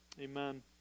amen